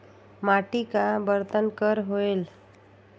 माटी का बरन कर होयल?